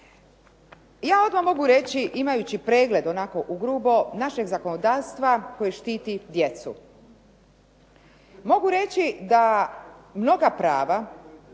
Ja odmah mogu reći imajući pregled onako u grubo našeg zakonodavstva koje štiti djecu. Mogu reći da mnoga prava